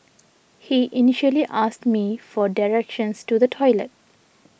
he initially asked me for directions to the toilet